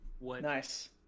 Nice